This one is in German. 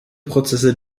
prozesse